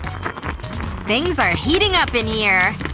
things are heating up in here!